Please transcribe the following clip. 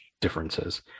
differences